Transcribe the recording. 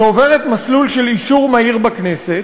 שעוברת מסלול של אישור מהיר בכנסת,